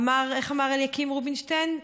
איך אמר אליקים רובינשטיין?